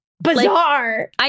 bizarre